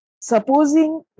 Supposing